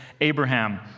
Abraham